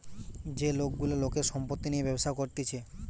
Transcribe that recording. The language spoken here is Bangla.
যে লোক গুলা লোকের সম্পত্তি নিয়ে ব্যবসা করতিছে